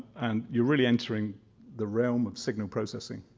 and you're really entering the realm of signal processing